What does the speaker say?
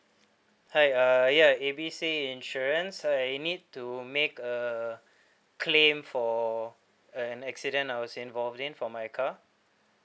hi uh ya A B C insurance I need to make a claim for uh an accident I was involved in for my car